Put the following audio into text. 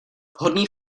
vhodný